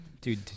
Dude